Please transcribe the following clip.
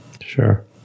Sure